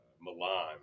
Milan